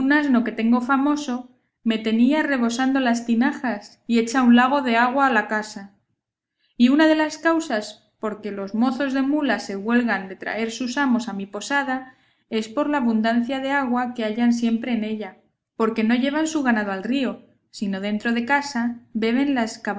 asno que tengo famoso me tenía rebosando las tinajas y hecha un lago de agua la casa y una de las causas por que los mozos de mulas se huelgan de traer sus amos a mi posada es por la abundancia de agua que hallan siempre en ella porque no llevan su ganado al río sino dentro de casa beben las